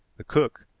the cook,